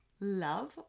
love